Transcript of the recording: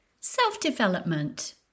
Self-development